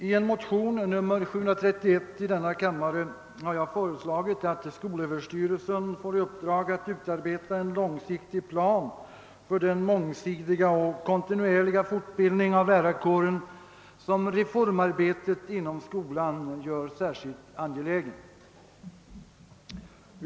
I en motion, nr 731 i denna kammare, har jag föreslagit att skolöverstyrelsen får i uppdrag att utarbeta en långsiktig plan för den mångsidiga och kontinuerliga fortbildning av lärarkåren, som reformarbetet inom skolan gör särskilt angelägen.